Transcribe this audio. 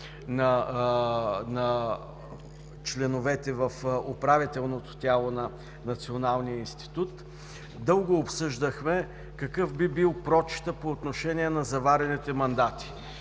на членовете в управителното тяло на Националния институт, дълго обсъждахме какъв би бил прочитът по отношение на заварените мандати.